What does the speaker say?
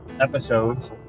episodes